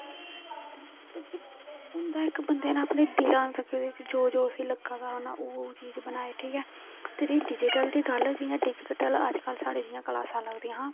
उंदा बंदे ने अपने दिले च जो जो स्हेई लग्गा उन्हे ओह् ओह् चीज बनाई ठीक ऐ जेहड़ी डिजीटल दी गल्ल ऐ जेहड़ी डिजीटल साढ़ी कलासां लगदी हियां